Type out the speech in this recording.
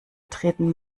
treten